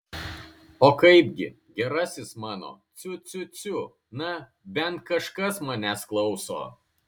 o kaipgi gerasis mano ciu ciu ciu na bent kažkas manęs klauso